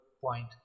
point